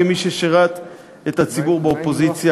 כמי ששירת את הציבור באופוזיציה,